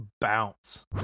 bounce